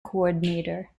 coordinator